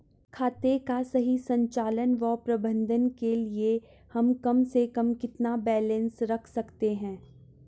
खाते का सही संचालन व प्रबंधन के लिए हम कम से कम कितना बैलेंस रख सकते हैं?